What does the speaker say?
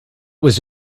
was